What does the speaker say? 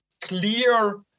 clear